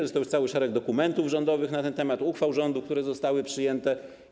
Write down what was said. Zresztą jest już cały szereg dokumentów rządowych na ten temat, uchwał rządu, które zostały przyjęte.